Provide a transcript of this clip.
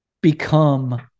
become